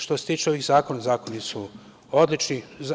Što se tiče ovih zakona, zakoni su odlični.